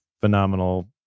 phenomenal